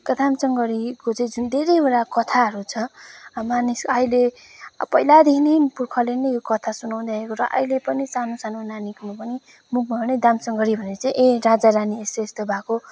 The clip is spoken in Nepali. दामसङगढीको चाहिँ जुन धेरैवटा कथाहरू छ अब मानिस अहिले पहिलादेखि नै पुर्खाले नै यो कथा सुनाउँदै आयो र अहिले पनि सानो सानो नानीकोमा पनि मुखमा पनि दामसङगढी भनेपछि ए राजा रानी यस्तो यस्तो भएको